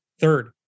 third